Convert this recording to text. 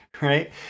right